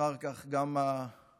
ואחר כך גם העבודה.